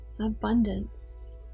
Abundance